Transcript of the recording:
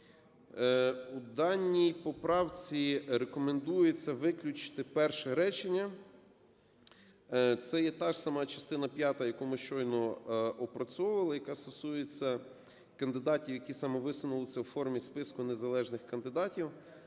В даній поправці рекомендується виключити перше речення, це є так ж сама частина п'ята, яку ми щойно опрацьовували, яка стосується кандидатів, які самовисунулися в формі списку незалежних кандидатів.